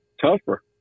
tougher